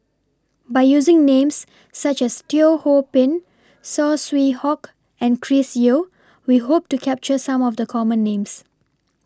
By using Names such as Teo Ho Pin Saw Swee Hock and Chris Yeo We Hope to capture Some of The Common Names